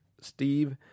Steve